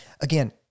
Again